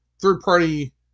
third-party